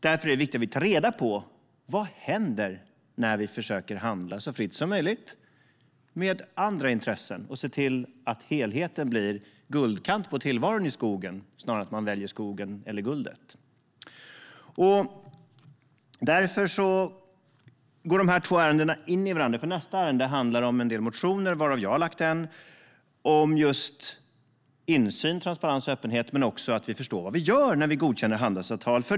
Därför är det viktigt att vi tar reda på vad som händer med andra intressen när vi försöker handla så fritt som möjligt. Vi måste ju se till att helheten blir guldkant på tillvaron i skogen snarare än att vi väljer skogen eller guldet. Detta ärende och nästa går in i varandra. Nästa ärende behandlar nämligen en del motioner, varav jag har väckt en, om insyn, transparens och öppenhet och om att förstå vad vi gör när vi godkänner handelsavtal.